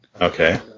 Okay